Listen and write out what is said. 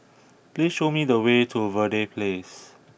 please show me the way to Verde Place